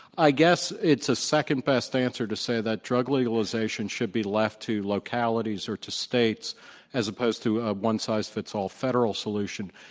i guess it's the second best answer to say that drug legalization should be left to localities or to states as opposed to a one size fits all federal solution.